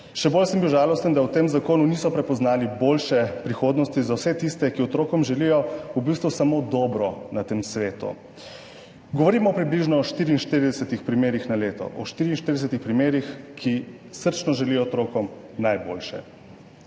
Še bolj sem bil žalosten, da v tem zakonu niso prepoznali boljše prihodnosti za vse tiste, ki otrokom želijo v bistvu samo dobro na tem svetu. Govorimo približno o 44 primerih na leto. O 44 primerih, ki srčno želijo otrokom najboljše.